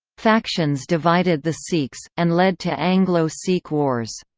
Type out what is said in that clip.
factions divided the sikhs, and led to anglo sikh wars.